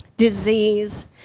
disease